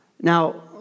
Now